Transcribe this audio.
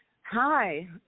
hi